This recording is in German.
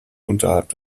unterhalb